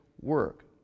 work